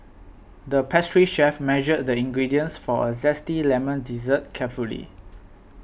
the pastry chef measured the ingredients for a Zesty Lemon Dessert carefully